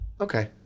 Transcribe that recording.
Okay